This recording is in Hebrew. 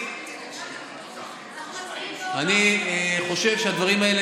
אני חושב שהדברים האלה,